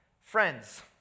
Friends